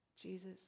Jesus